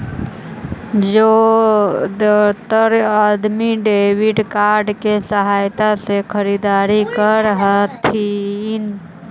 जादेतर अदमी debit card के सहायता से खरीदारी कर हथिन